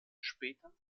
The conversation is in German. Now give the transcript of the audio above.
später